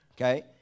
Okay